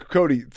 Cody